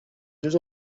deux